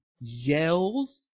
yells